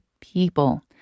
PEOPLE